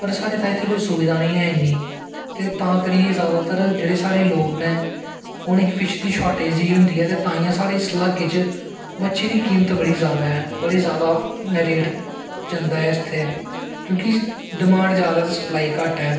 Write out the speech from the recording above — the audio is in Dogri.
पर साढ़े इत्थें कोई सुविधा निं ऐ इन्नी ते तां करियै जादातर जेह्ड़े साढ़े लोग न उ'नेंगी फिश दी शार्टेज़ गै होंदी ऐ ते ताइयें साढ़े इस लाह्के च मच्छी दी कीमत बड़ी जादा ऐ बड़ा जादा रेट जंदा ऐ इत्थें क्योंकि डमांड जादा ते सप्लाई घट्ट ऐ